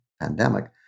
pandemic